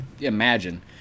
imagine